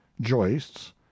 joists